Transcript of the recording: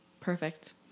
Perfect